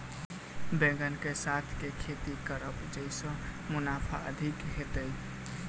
बैंगन कऽ साथ केँ खेती करब जयसँ मुनाफा अधिक हेतइ?